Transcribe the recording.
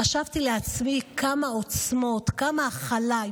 חשבתי לעצמי כמה עוצמות, כמה הכלה.